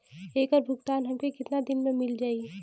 ऐकर भुगतान हमके कितना दिन में मील जाई?